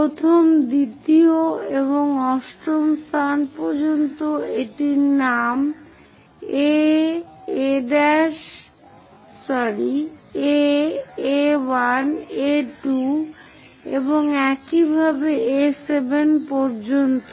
প্রথমটি দ্বিতীয়টি এবং একই অষ্টম স্থান পর্যন্ত এটির নাম A A1 A2 এবং একি A7 পর্যন্ত